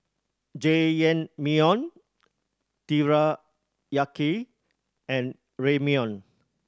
Jajangmyeon Teriyaki and Ramyeon